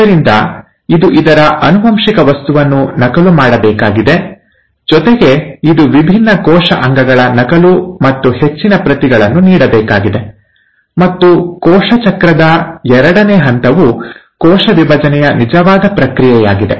ಆದ್ದರಿಂದ ಇದು ಇದರ ಆನುವಂಶಿಕ ವಸ್ತುವನ್ನು ನಕಲು ಮಾಡಬೇಕಾಗಿದೆ ಜೊತೆಗೆ ಇದು ವಿಭಿನ್ನ ಕೋಶ ಅಂಗಗಳ ನಕಲು ಮತ್ತು ಹೆಚ್ಚಿನ ಪ್ರತಿಗಳನ್ನು ನೀಡಬೇಕಾಗಿದೆ ಮತ್ತು ಕೋಶ ಚಕ್ರದ ಎರಡನೇ ಹಂತವು ಕೋಶ ವಿಭಜನೆಯ ನಿಜವಾದ ಪ್ರಕ್ರಿಯೆಯಾಗಿದೆ